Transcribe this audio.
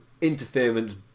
interference